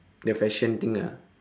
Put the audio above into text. the question thing ah